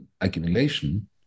accumulation